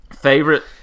Favorite